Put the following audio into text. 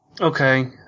Okay